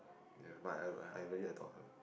but I I really I told her